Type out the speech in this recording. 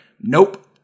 Nope